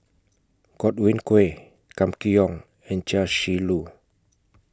Godwin Koay Kam Kee Yong and Chia Shi Lu